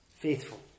faithful